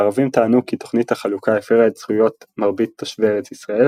הערבים טענו כי תוכנית החלוקה הפרה את זכויות מרבית תושבי ארץ ישראל,